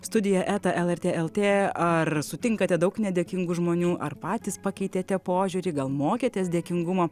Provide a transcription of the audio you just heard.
studija eta lrt lt ar sutinkate daug nedėkingų žmonių ar patys pakeitėte požiūrį gal mokėtės dėkingumo